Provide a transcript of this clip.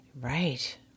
Right